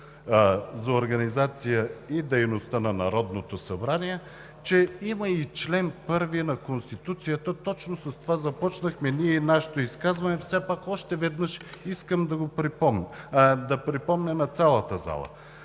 за организацията и дейността на Народното събрание, че има и чл. 1 на Конституцията. Точно с това започнахме и ние нашето изказване. Все пак още веднъж искам да го припомня на цялата зала,